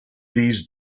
these